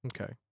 Okay